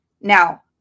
Now